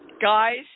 Guys